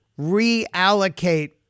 reallocate